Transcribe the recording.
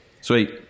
Sweet